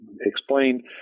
explained